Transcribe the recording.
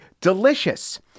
delicious